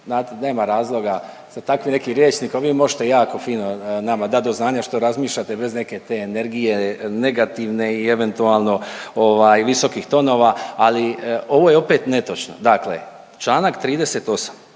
nema razloga za takvi neki rječnik. Vi možete jako fino nama dat do znanja što razmišljate bez neke te energije negativne i eventualno visokih tonova. Ali ovo je opet netočno. Dakle, članak 38.